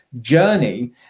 journey